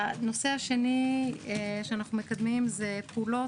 הנושא השני שאנחנו מקדמים זה פעולות